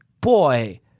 boy